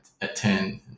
attend